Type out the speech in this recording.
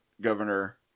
Governor